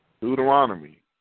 Deuteronomy